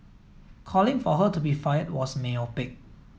calling for her to be fired was myopic